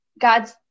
God's